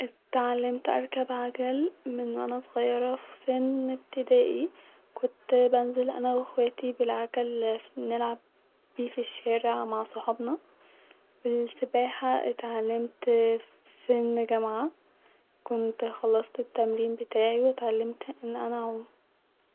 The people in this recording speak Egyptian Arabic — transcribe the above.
اتعلمت اركب عجل من وانا صغيره في سن ابتدائى -كنت-بننزل انا واخواتي-بالعجل فا-نلع-ب بيه فالشارع مع صحابنا-والسباحه اتعلمت في-سن- جامعه-كنت خلصت التمرين بتاعي-واتعلمت ان انا اعوم